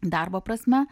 darbo prasme